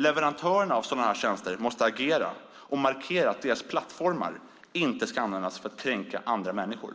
Leverantörerna av sådana tjänster måste agera och markera att deras plattformar inte ska användas för att kränka andra människor.